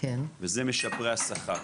והוא משפרי השכר.